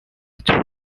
two